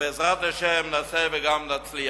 בעזרת השם, נעשה וגם נצליח.